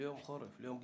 ליום גשם.